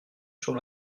sur